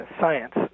science